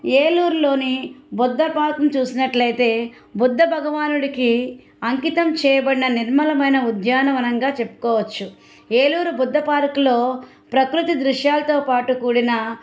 ఏలూరులోని బుద్ధ పార్క్ని చూసినట్లయితే బుద్ధ భగవానుడికి అంకితం చేయబడిన నిర్మలమైన ఉద్యానవనంగా చెప్పుకోవచ్చు ఏలూరు బుద్ధ పార్క్లో ప్రకృతి దృశ్యాలతో పాటు కూడిన